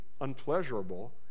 unpleasurable